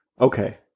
Okay